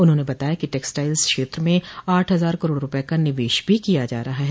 उन्होंने बताया कि टेक्सटाइल्स क्षेत्र में आठ हजार करोड़ रूपये का निवेश भी किया जा रहा है